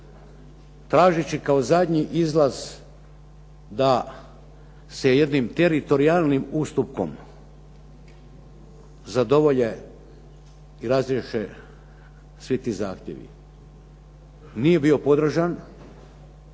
tražeći kao zadnji izlaz da se jednim teritorijalnim ustupkom zadovolje i razriješe svi ti zahtjevi. Nije bio podržan